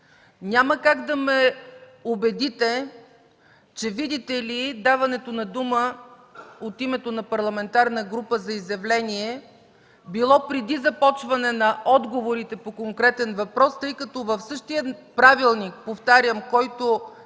Няма как да ме убедите, че, видите ли, даването на дума от името на парламентарна група за изявление било преди започване на отговорите по конкретен въпрос, тъй като в същия Правилник –